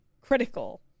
critical